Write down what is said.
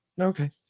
Okay